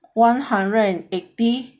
one hundred and eighty